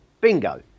bingo